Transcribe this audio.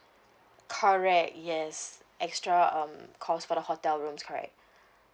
correct yes extra um cost for the hotel rooms correct